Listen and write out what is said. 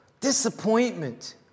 disappointment